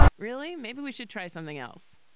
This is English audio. really, maybe we should try something else.